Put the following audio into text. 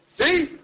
See